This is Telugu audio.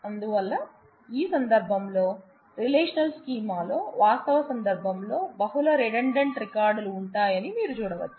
అందువల్ల ఈ సందర్భంలో రిలేషనల్ స్కీమా లో వాస్తవ సందర్భంలో బహుళ రిడండంట్ రికార్డులు ఉంటాయని మీరు చూడవచ్చు